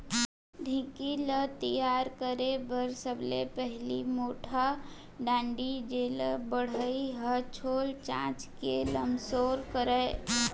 ढेंकी ल तियार करे बर सबले पहिली मोटहा डांड़ी जेला बढ़ई ह छोल चांच के लमसोर करय